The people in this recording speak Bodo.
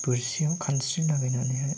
बोरसियाव खानस्रि लागायनानैहाय